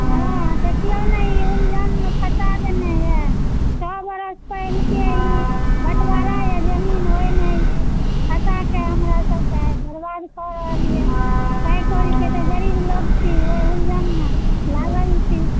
हॅं देखियौ ने ई उलझन मे फँसा देने यऽ सए बरस पहिलुके ई बॅंटबारा यऽ जमीन ओहि मे ई फँसा कऽ हमरा सबके बर्बाद कऽ रहल यऽ पाय कौड़ी के तऽ गरीब लोग छी एहि उलझन मे लागल छी